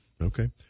Okay